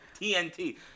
TNT